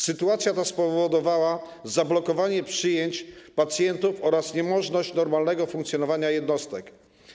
Sytuacja ta spowodowała zablokowanie przyjęć pacjentów oraz niemożność normalnego funkcjonowania jednostek.